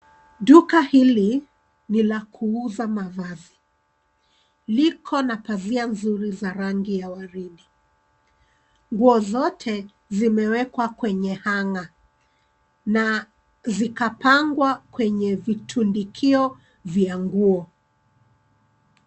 Duka hili ni la kuuza mavazi. Liko na pazia nzuri za rangi ya waridi. Nguo zote zimewekwa kwenye hanger na zikapangwa kwenye vitundikio vya nguo.